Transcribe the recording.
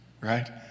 right